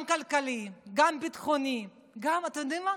גם כלכלי, גם ביטחוני, גם אתם יודעים מה?